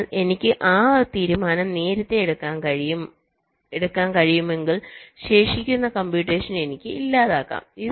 അതിനാൽ എനിക്ക് ആ തീരുമാനം നേരത്തെ എടുക്കാൻ കഴിയുമെങ്കിൽ ശേഷിക്കുന്ന കമ്പ്യൂട്ടേഷൻ എനിക്ക് ഇല്ലാതാക്കാം